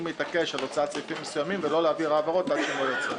להתעקש על הוצאת סעיפים מסוימים ולא להעביר העברות עד שהם לא ייצאו.